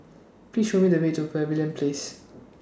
Please Show Me The Way to Pavilion Place